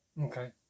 Okay